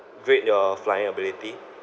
grade your flying ability